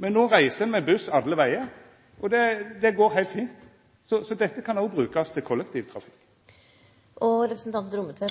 Men no reiser me med buss alle vegar, og det går heilt fint. Så dette kan òg brukast til kollektivtrafikk. Jeg kunne ikke